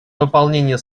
выполнения